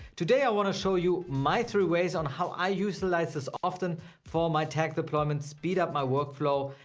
today, i want to show you my three ways on how i utilize this often for my tag deployments, speed up my workflow,